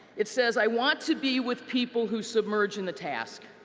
it says, i want to be with people who submerge in the task,